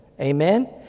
Amen